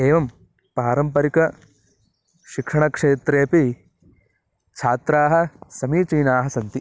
एवं पारम्परिक शिक्षणक्षेत्रेपि छात्राः समीचीनाः सन्ति